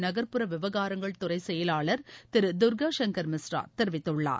நகர்ப்புற விவகாரங்கள் துறை செயலாளர் திரு தர்கா சங்கர் மிஸ்ரா தெரிவித்துள்ளார்